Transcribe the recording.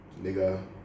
Nigga